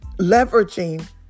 leveraging